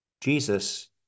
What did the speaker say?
Jesus